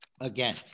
again